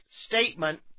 statement